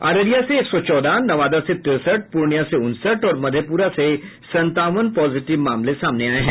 अररिया से एक सौ चौदह नवादा से तिरसठ पूर्णियां से उनसठ और मधेपुरा से संतावन पॉजिटिव मामले आये हैं